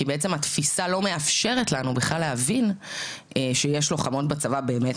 כי בעצם התפיסה לא מאפשרת לנו בכלל להבין שיש לוחמות בצבא באמת,